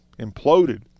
imploded